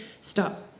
stop